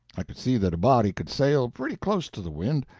i could see that a body could sail pretty close to the wind,